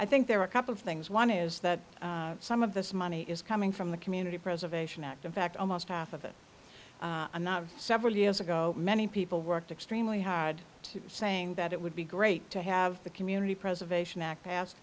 i think there are a couple of things one is that some of this money is coming from the community preservation act in fact almost half of it i'm not several years ago many people worked extremely hard to saying that it would be great to have the community preservation act passed